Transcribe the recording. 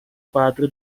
padre